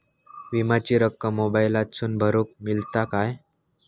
विमाची रक्कम मोबाईलातसून भरुक मेळता काय?